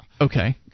Okay